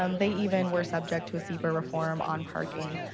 um they even were subject to a sepa reform on parking.